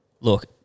look